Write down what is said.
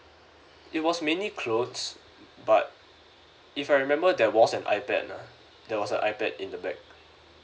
it was mainly clothes but if I remember there was an ipad ah there was a ipad in the bag